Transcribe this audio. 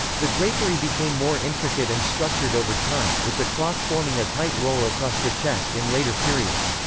the drapery became more intricate and structured over time, with the cloth forming a tight roll across the chest in later periods.